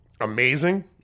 amazing